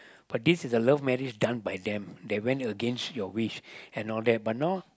but this is a love marriage done by them they went against your wish and all that but now